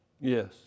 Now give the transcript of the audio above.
Yes